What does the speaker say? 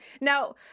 Now